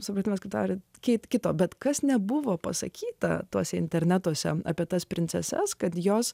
supratimas kad tariant kits kito bet kas nebuvo pasakyta tuose internatuose apie tas princeses kad jos